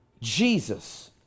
Jesus